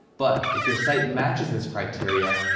but if your site matches this criteria,